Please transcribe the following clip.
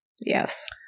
Yes